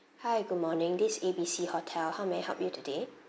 hi good morning this is A B C hotel how may I help you today